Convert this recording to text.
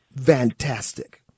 fantastic